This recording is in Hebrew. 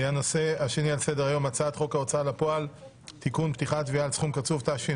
חוק ומשפט פה